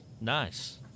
Nice